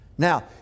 Now